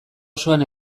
osoan